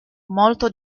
molto